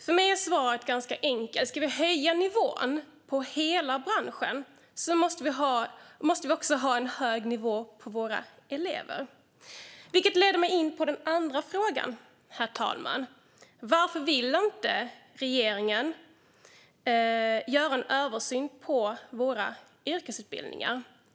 För mig är svaret ganska enkelt - ska vi höja nivån på hela branschen måste vi också ha en hög nivå på våra elever. Detta leder mig in på den andra frågan, herr talman: Varför vill inte regeringen göra en översyn av våra yrkesutbildningar?